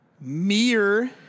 Mere